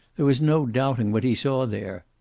there was no doubting what he saw there.